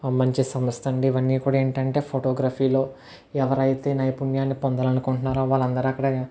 మంచి సంస్థ అండి ఇవన్నీ కూడా ఏంటంటే ఫోటోగ్రఫీలో ఎవరైతే నైపుణ్యాన్ని పొందాలని అకుంటున్నారో వాళ్ళందరు అక్కడ